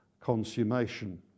consummation